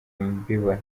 mbona